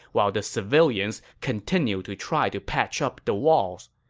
while the civilians continued to try to patch up the walls.